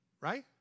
right